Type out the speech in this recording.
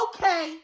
Okay